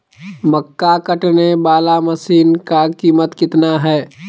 मक्का कटने बाला मसीन का कीमत कितना है?